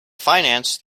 financed